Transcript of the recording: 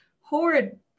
horrid